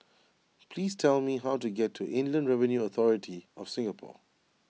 please tell me how to get to Inland Revenue Authority of Singapore